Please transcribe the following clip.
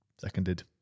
Seconded